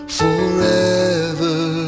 forever